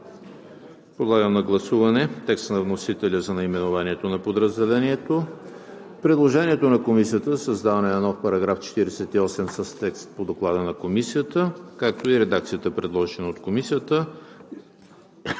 Подлагам на гласуване текста на вносителя за наименованието на подразделението; предложението на Комисията за създаване на нов § 48 с текст по Доклада на Комисията, както и редакцията, предложена от Комисията,